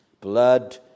Blood